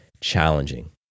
challenging